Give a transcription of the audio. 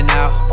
out